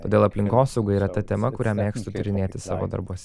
todėl aplinkosauga yra ta tema kurią mėgstu tyrinėti savo darbuose